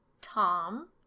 Tom